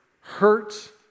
hurt